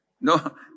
No